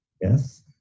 Yes